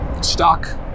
stock